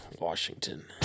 Washington